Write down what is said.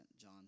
John